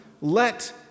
let